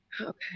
Okay